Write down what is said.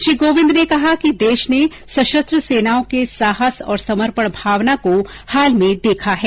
श्री कोविंद ने कहा कि देश ने सशस्त्र सेनाओं के साहस और समर्पण भावना को हाल में देखा है